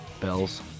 bells